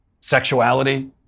sexuality